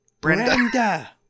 Brenda